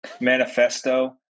manifesto